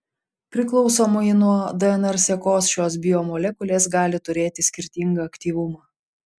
priklausomai nuo dnr sekos šios biomolekulės gali turėti skirtingą aktyvumą